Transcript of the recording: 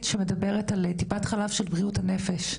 שמדברת על טיפת חלב של בריאות הנפש,